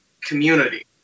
community